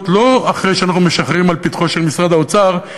לא אחרי שאנחנו משחרים לפתחו של משרד האוצר,